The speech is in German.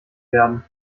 werden